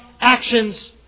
actions